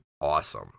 awesome